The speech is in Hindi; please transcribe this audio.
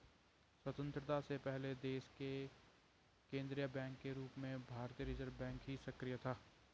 स्वतन्त्रता से पहले देश के केन्द्रीय बैंक के रूप में भारतीय रिज़र्व बैंक ही सक्रिय था